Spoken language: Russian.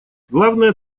главная